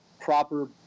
proper